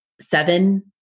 seven